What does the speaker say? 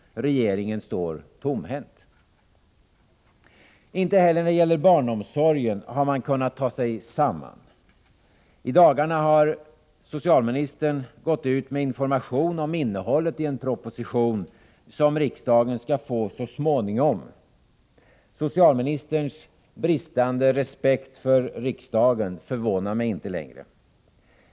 Regeringen står tomhänt. Inte heller när det gäller barnomsorgen har man kunnat ta sig samman. I dagarna har socialministern gått ut med information om innehållet i en proposition som riksdagen skall få så småningom. Socialministerns bristande respekt för riksdagen förvånar mig inte längre.